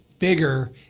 bigger